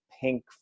pink